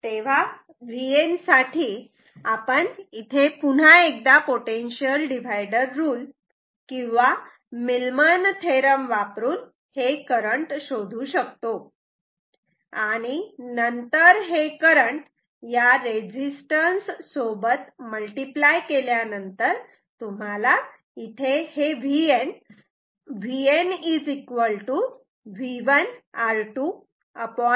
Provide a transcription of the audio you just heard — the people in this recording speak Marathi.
तेव्हा Vn साठी आपण पुन्हा एकदा पोटेन्शियल डिव्हायडर रुल किंवा मीलमन थेरम वापरून हे करंट शोधू शकतो आणि नंतर हे करंट या रेझिस्टन्स सोबत मल्टिप्लाय केल्यानंतर तुम्हाला हे मिळते